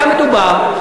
היה מדובר,